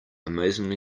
amazingly